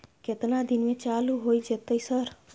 केतना दिन में चालू होय जेतै सर?